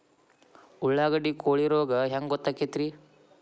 ಉಳ್ಳಾಗಡ್ಡಿ ಕೋಳಿ ರೋಗ ಹ್ಯಾಂಗ್ ಗೊತ್ತಕ್ಕೆತ್ರೇ?